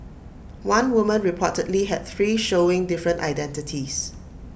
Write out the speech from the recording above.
one woman reportedly had three showing different identities